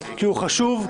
חשוב,